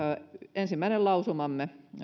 ensimmäinen lausumamme